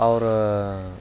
ಅವ್ರು